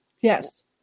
yes